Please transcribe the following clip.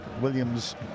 Williams